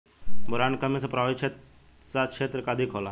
Boron के कमी से प्रभावित कौन सा क्षेत्र अधिक होला?